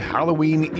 Halloween